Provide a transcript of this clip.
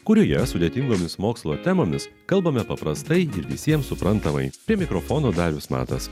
kurioje sudėtingomis mokslo temomis kalbame paprastai ir visiems suprantamai prie mikrofono darius matas